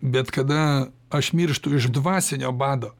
bet kada aš mirštu iš dvasinio bado